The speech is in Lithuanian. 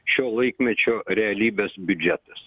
šio laikmečio realybės biudžetas